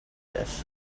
dish